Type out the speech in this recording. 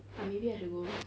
ah maybe I should go